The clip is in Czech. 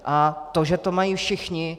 A to, že to mají všichni?